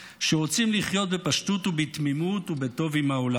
שרוצים לחיות בפשטות ובתמימות ובטוב עם העולם.